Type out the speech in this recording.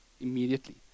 Immediately